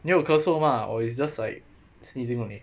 then 有咳嗽 mah or it's just like sneezing only